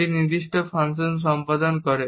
একটি নির্দিষ্ট ফাংশন সম্পাদন করে